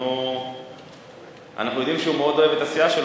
אנחנו יודעים שהוא מאוד אוהב את הסיעה שלו,